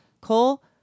Cole